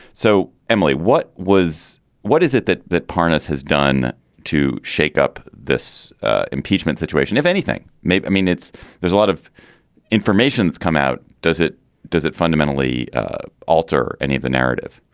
so, emily, what was what is it that that parness has done to shake up this impeachment situation, if anything? maybe. i mean, it's there's a lot of information that's come out. does it does it fundamentally alter any of the narrative?